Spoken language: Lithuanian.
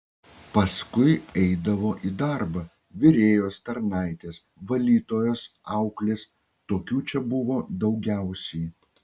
paskui eidavo į darbą virėjos tarnaitės valytojos auklės tokių čia buvo daugiausiai